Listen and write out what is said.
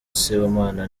sibomana